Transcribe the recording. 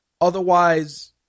Otherwise